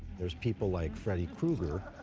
there's people like freddy kreuger,